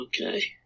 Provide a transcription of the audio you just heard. Okay